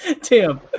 Tim